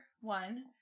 one